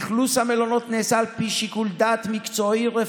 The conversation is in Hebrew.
אכלוס המלונות נעשה על פי שיקול דעת מקצועי-רפואי